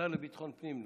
לביטחון פנים,